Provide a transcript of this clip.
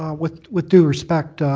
um with with due respect,